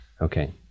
Okay